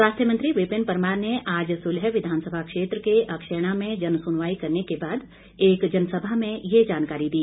स्वास्थ्य मंत्री विपिन परमार ने आज सुलह विधानसभा क्षेत्र के अक्षैणा में जनसुनवाई करने के बाद एक जनसभा में ये जानकारी दी